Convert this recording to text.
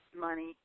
money